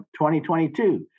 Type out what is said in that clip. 2022